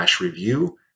review